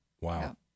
Wow